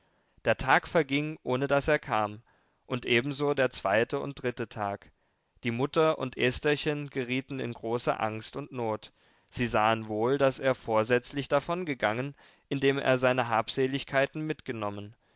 der tag verging ohne daß er kam und ebenso der zweite und dritte tag die mutter und estherchen gerieten in große angst und not sie sahen wohl daß er vorsätzlich davongegangen indem er seine habseligkeiten mitgenommen